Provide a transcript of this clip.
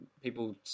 people